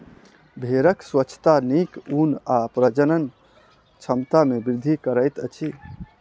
भेड़क स्वच्छता नीक ऊन आ प्रजनन क्षमता में वृद्धि करैत अछि